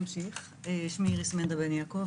שמי איריס בן יעקב,